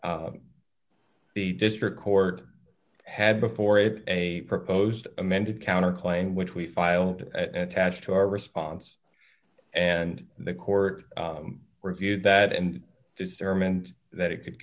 the district court had before it a proposed amended counter claim which we filed and attached to our response and the court review that and discernment that it could